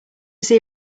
see